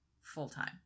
full-time